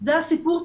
זה הסיפור,